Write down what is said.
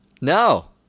no